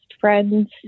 friends